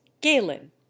Galen